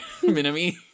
Minami